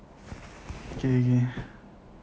K K